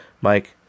Mike